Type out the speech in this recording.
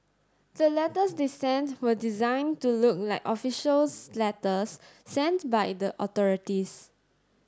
the letters they sent were designed to look like official letters sent by the authorities